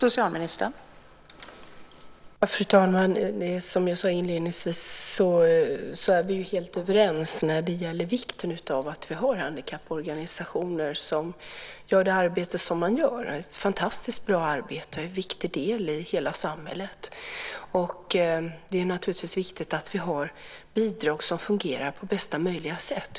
Fru talman! Som jag sade inledningsvis är vi helt överens när det gäller vikten av att vi har handikapporganisationer som gör ett fantastiskt bra arbete. Det är en viktig del i hela samhället. Det är viktigt att vi har bidrag som fungerar på bästa möjliga sätt.